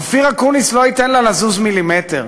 אופיר אקוניס לא ייתן לה לזוז מילימטר.